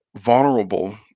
vulnerable